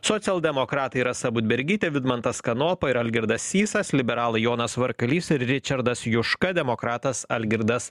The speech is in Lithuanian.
socialdemokratai rasa budbergytė vidmantas kanopa ir algirdas sysas liberalai jonas varkalys ir ričardas juška demokratas algirdas